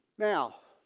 now.